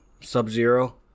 Sub-Zero